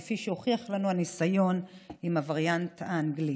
כפי שהוכיח לנו הניסיון עם הווריאנט האנגלי.